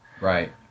Right